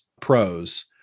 pros